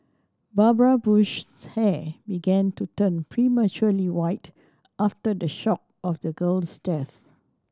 Barbara Bush's hair began to turn prematurely white after the shock of the girl's death